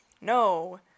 no